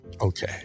Okay